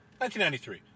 1993